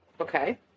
Okay